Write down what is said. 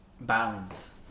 balance